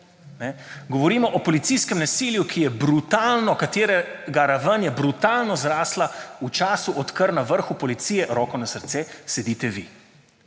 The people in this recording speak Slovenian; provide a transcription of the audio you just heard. govorimo o policijskem nasilju, katerega raven je brutalno zrasla v času, odkar na vrhu policije – roko na srce – sedite vi.